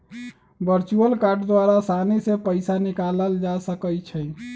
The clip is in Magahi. वर्चुअल कार्ड द्वारा असानी से पइसा निकालल जा सकइ छै